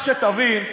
רק שתבין,